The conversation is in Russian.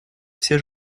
все